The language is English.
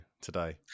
today